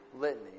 litany